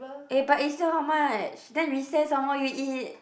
eh but is still how much then recess some more you eat